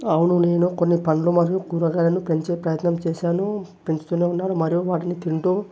అవును నేను కొన్ని పండ్లు మరియు కూరగాయలను పెంచే ప్రయత్నం చేశాను పెంచుతూనే ఉన్నాను మరియు వాటిని తింటూ